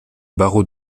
barreau